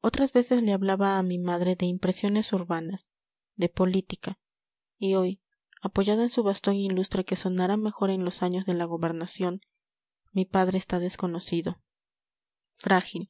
otras veces le hablaba a mi madre de impresiones urbanas de política y hoy apoyado en su bastón ilustre que sonara mejor en los años de la gobernación mi padre está desconocido frágil